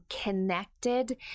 connected